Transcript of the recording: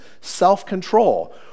self-control